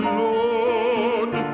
lord